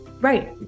Right